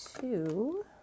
two